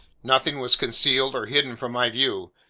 nothing was concealed or hidden from my view,